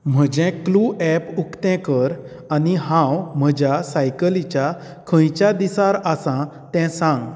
म्हजें Clue app उकतें कर आनी हांव म्हज्या सायकलीच्या खंयच्या दिसार आसां तें सांग